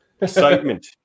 excitement